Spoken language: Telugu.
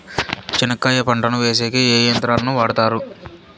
చెనక్కాయ పంటను వేసేకి ఏ యంత్రాలు ను వాడుతారు?